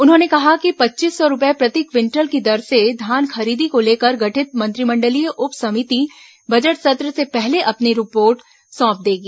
उन्होंने कहा कि पच्चीस सौ रूपये प्रति क्विंटल की दर से धान खरीदी को लेकर गठित मंत्रिमंडलीय उप समिति बजट सत्र से पहले अपनी रिपोर्ट सौंप देगी